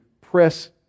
press